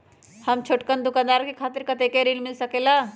हम छोटकन दुकानदार के खातीर कतेक ऋण मिल सकेला?